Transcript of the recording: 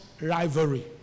rivalry